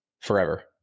forever